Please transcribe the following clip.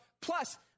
Plus